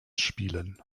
spielen